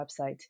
website